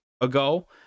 ago